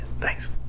Thanks